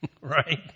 Right